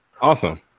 Awesome